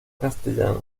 castellana